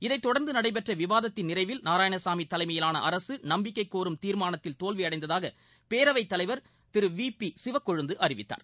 இதைத் தொடர்ந்து நடைபெற்ற விவாதத்தின் நிறைவில் நாராயணசாமி தலைமையிவாள அரசு நம்பிக்கைக் கோரும் தீர்மானத்தின் தோல்வியடந்ததாக பேரவைத் தலைவர் திரு வி பி சிவக்கொளுந்து அறிவித்தார்